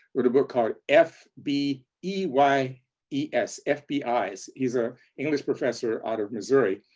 wrote a book called, f b e y e s, f b. eyes, he's a english professor out of missouri.